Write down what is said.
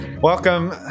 Welcome